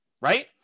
Right